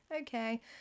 Okay